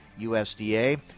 usda